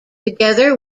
together